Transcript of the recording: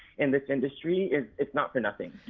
in this industry, it's it's not for nothing.